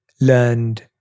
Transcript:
learned